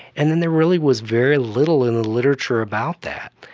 and then there really was very little in the literature about that.